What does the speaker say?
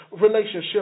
relationship